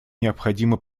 необходимо